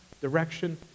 direction